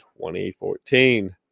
2014